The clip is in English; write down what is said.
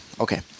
okay